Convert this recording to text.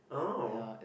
oh